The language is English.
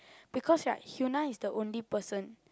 because right Hyuna is the only person